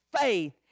faith